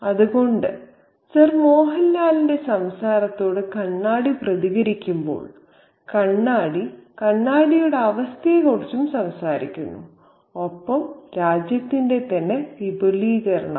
അതുകൊണ്ട് സർ മോഹൻലാൽന്റെ സംസാരത്തോട് കണ്ണാടി പ്രതികരിക്കുമ്പോൾ കണ്ണാടി കണ്ണാടിയുടെ അവസ്ഥയെക്കുറിച്ചു സംസാരിക്കുന്നു ഒപ്പം രാജ്യത്തിന്റെ തന്നെ വിപുലീകരണവും